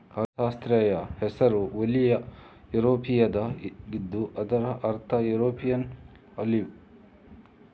ಆಲಿವ್ನ ಸಸ್ಯಶಾಸ್ತ್ರೀಯ ಹೆಸರು ಓಲಿಯಾ ಯುರೋಪಿಯಾವಾಗಿದ್ದು ಇದರ ಅರ್ಥ ಯುರೋಪಿಯನ್ ಆಲಿವ್